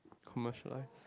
commercialized